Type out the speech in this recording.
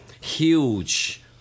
huge